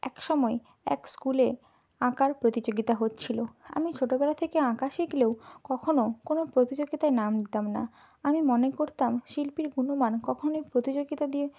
এক সময় এক স্কুলে আঁকার প্রতিযোগিতা হচ্ছিলো আমি ছোটোবেলা থেকে আঁকা শিখলেও কখনো কোনো প্রতিযোগিতায় নাম দিতাম না আমি মনে করতাম শিল্পীর গুণমান কখনই প্রতিযোগিতা দিয়ে